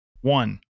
one